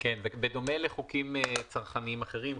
בדומה לחוקים צרכניים אחרים,